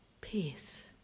peace